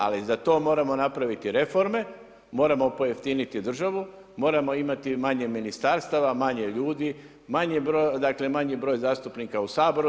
Ali za to moramo napraviti reforme, moramo pojeftiniti državu, moramo imati manje ministarstava, manje ljudi, manji broj zastupnika u Saboru.